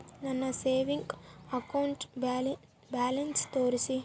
ನನ್ನ savings account balance ತೋರಿಸಿ?